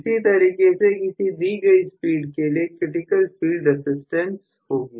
इसी तरीके से किसी दी गई स्पीड के लिए क्रिटिकल फील्ड रसिस्टेंस होगी